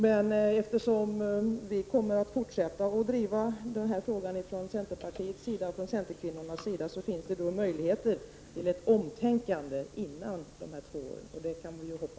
Men eftersom vi centerkvinnor kommer att fortsätta att driva den här frågan finns det möjligheter till ett omtänkande innan de här två åren har gått.